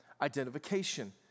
Identification